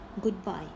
goodbye